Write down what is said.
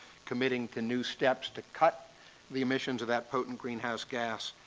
committing to new steps to cut the emissions of that potent greenhouse gas,